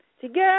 together